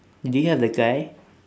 do you have the guy